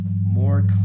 more